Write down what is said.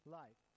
life